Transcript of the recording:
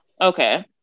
Okay